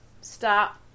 Stop